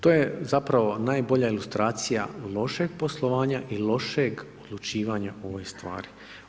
To je zapravo najbolja ilustracija lošeg poslovanja i lošeg odlučivanja u ovoj stvar.